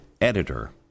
editor